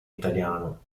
italiano